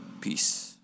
Peace